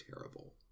terrible